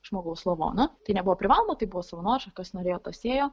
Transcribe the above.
žmogaus lavoną tai nebuvo privaloma tai buvo savanoriška kas norėjo tas ėjo